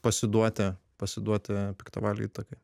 pasiduoti pasiduoti piktavalių įtakai